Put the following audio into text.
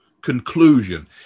conclusion